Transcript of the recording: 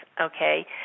okay